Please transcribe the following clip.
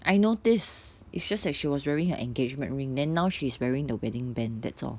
I noticed it's just as she was wearing her engagement ring then now she's wearing the wedding band that's all